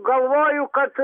galvoju kad